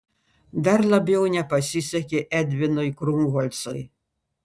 dar labiau nepasisekė edvinui krungolcui